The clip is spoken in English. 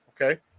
Okay